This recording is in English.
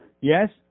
Yes